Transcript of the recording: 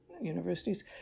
universities